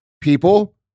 people